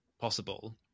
possible